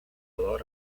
lot